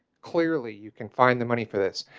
clearly, you can find the money for this.